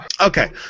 Okay